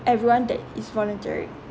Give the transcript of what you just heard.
everyone that is volunteering